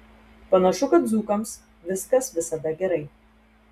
panašu kad dzūkams viskas visada gerai